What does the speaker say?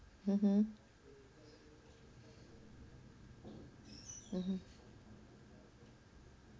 mmhmm mmhmm